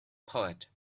poet